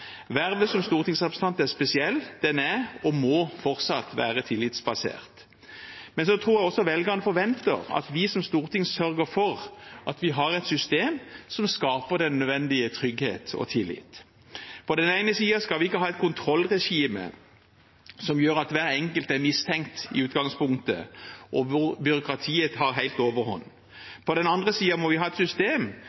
Vervet som stortingsrepresentant er spesielt. Det er og må fortsatt være tillitsbasert. Men jeg tror også velgerne forventer at vi som storting sørger for at vi har et system som skaper den nødvendige trygghet og tillit. På den ene siden skal vi ikke ha et kontrollregime som gjør at hver enkelt er mistenkt i utgangspunktet, og der byråkratiet tar helt overhånd.